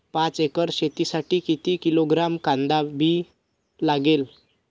पाच एकर शेतासाठी किती किलोग्रॅम कांदा बी लागेल?